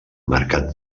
mercat